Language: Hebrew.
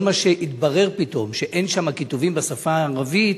כל מה שהתברר פתאום, שאין שם כיתוב בשפה הערבית,